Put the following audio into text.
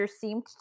seemed